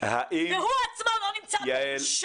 והוא עצמו לא נמצא פה.